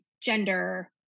gender